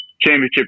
championship